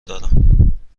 دارم